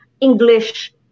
English